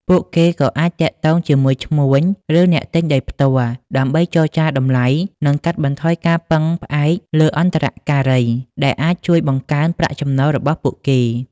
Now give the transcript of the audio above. ពួកគេក៏អាចទាក់ទងជាមួយឈ្មួញ ឬអ្នកទិញដោយផ្ទាល់ ដើម្បីចរចាតម្លៃ និងកាត់បន្ថយការពឹងផ្អែកលើអន្តរការី ដែលអាចជួយបង្កើនប្រាក់ចំណូលរបស់ពួកគេ។